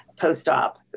post-op